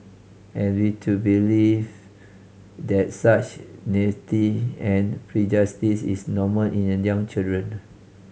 and we to believe that such naivety and prejudice is normal in young children